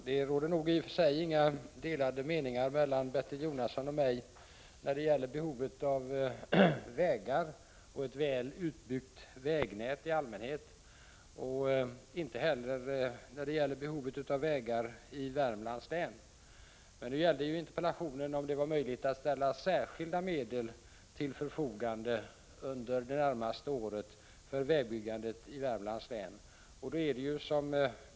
Herr talman! Bertil Jonasson och jag har nog i och för sig inga delade meningar om behovet av vägar och ett väl utbyggt vägnät i allmänhet, och inte heller om behovet av vägar i Värmlands län. Men nu gällde interpellationen om det var möjligt att ställa särskilda medel till förfogande under det närmaste året för vägbyggande i Värmlands län.